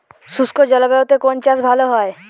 শুষ্ক জলবায়ুতে কোন চাষ ভালো হয়?